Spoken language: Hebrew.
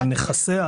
על נכסיה,